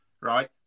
right